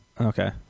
okay